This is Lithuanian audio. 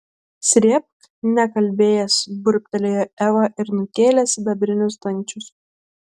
srėbk nekalbėjęs burbtelėjo eva ir nukėlė sidabrinius dangčius